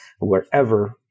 wherever